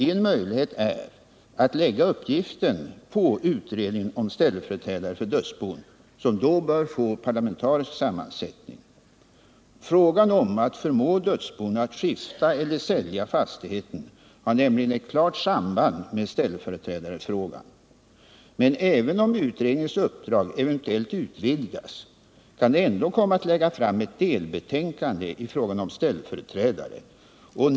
En möjlighet är att lägga uppgiften på utredningen om ställföreträdare för dödsbon, som då bör få parlamentarisk sammansättning. Frågan om att förmå dödsbon att skifta eller sälja fastigheten har nämligen ett klart samband med ställföreträdarfrågan. Men även om utredningens uppdrag eventuellt utvidgas, kan den ändå komma att lägga fram ett delbetänkande i fråga om ställföreträdare.